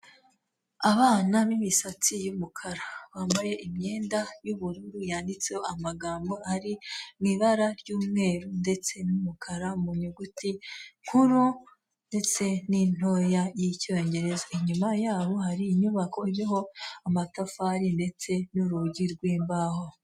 Abana b'imisatsi y'umukara bambaye imyenda y'ubururu yanditseho amagambo ari mu ibara ry'umweru ndetse n'umukara mu nyuguti nkuru ndetse n'intoya y'Icyongereza, inyuma yabo hari inyubako iriho amatafari ndetse n'urugi rw'imbaho.